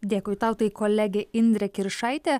dėkui tau tai kolegė indrė kiršaitė